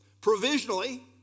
provisionally